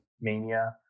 mania